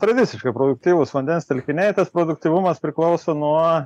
tradiciškai produktyvūs vandens telkiniai tad produktyvumas priklauso nuo